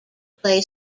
play